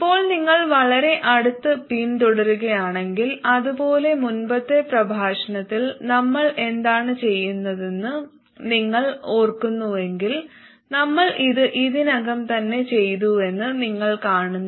ഇപ്പോൾ നിങ്ങൾ വളരെ അടുത്ത് പിന്തുടരുകയാണെങ്കിൽ അത്പോലെ മുമ്പത്തെ പ്രഭാഷണത്തിൽ നമ്മൾ എന്താണ് ചെയ്തതെന്ന് നിങ്ങൾ ഓർക്കുന്നുവെങ്കിൽ നമ്മൾ ഇത് ഇതിനകം തന്നെ ചെയ്തുവെന്ന് നിങ്ങൾ കാണുന്നു